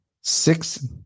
Six